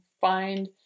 find